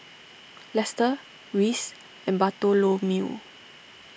Lester Reece and Bartholomew